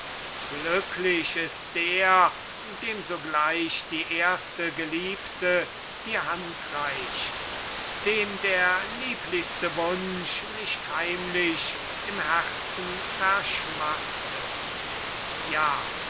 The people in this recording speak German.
glücklich ist der dem sogleich die erste geliebte die hand reicht dem der lieblichste wunsch nicht heimlich im herzen verschmachtet ja